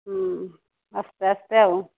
ହଁ ଆସ୍ତେ ଆସ୍ତେ ଆଉ